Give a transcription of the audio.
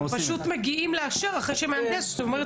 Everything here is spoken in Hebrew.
הם פשוט מגיעים לאשר אחרי שמהנדס אומר,